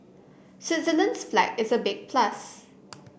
Switzerland's flag is a big plus